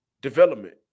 development